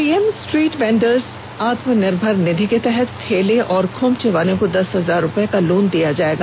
PM street vendors Atmanirbhar Nidhi के तहत ठेले और खोमचेवालों को दस हजार रुपए का लोन दिया जाएगा